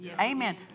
Amen